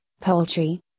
poultry